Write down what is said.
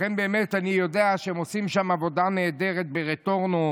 לכן באמת אני יודע שהם עושים שם עבודה נהדרת ברטורנו.